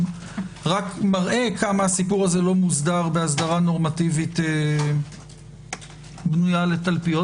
- רק מראה כמה כל הסיפור הזה לא מוסדר בהסדרה נורמטיבית בנויה לתלפיות,